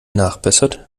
nachbessert